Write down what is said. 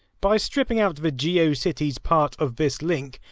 by stripping out the geocities part of this link,